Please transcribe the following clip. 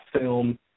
film